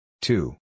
Two